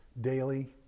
daily